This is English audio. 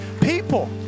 people